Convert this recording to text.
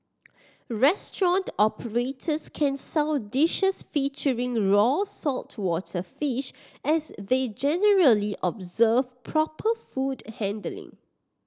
restaurant operators can sell dishes featuring raw saltwater fish as they generally observe proper food handling